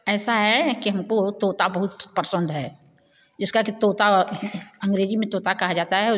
ऐसा है कि हमको तोता बहुत पसंद इसका के तोता अंग्रेजी में तोता कहा जाता है